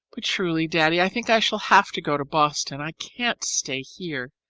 but truly, daddy, i think i shall have to go to boston. i can't stay here.